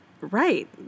right